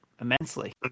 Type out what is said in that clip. immensely